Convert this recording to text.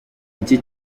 iki